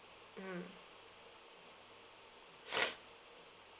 mm